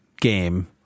game